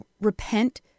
repent